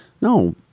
No